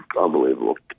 unbelievable